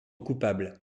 coupables